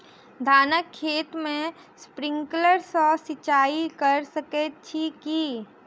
धानक खेत मे स्प्रिंकलर सँ सिंचाईं कऽ सकैत छी की?